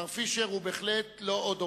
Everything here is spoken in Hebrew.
מר פישר הוא בהחלט לא עוד אורח,